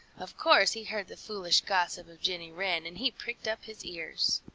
of course he heard the foolish gossip of jenny wren and he pricked up his ears.